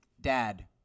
Dad